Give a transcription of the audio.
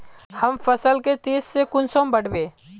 हम फसल के तेज से कुंसम बढ़बे?